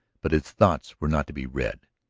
but his thoughts were not to be read.